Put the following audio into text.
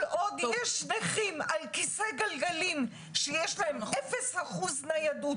כל עוד יש נכים על כיסא גלגלים שיש להם 0% ניידות